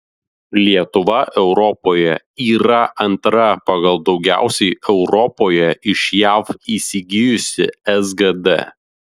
lietuva europoje yra antra pagal daugiausiai europoje iš jav įsigijusi sgd